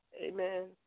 Amen